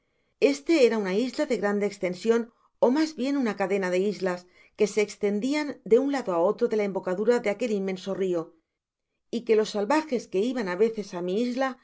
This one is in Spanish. este era una isla de grande estencion ó mas bien una cadena de islas que se estendian de un lado á otro de la embocadura de aquel inmenso rio y que los salvajes que iban á veces á mi isla no